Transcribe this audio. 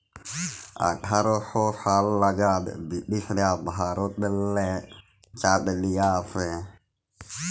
আঠার শ সাল লাগাদ বিরটিশরা ভারতেল্লে চাঁট লিয়ে আসে